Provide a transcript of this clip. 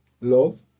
love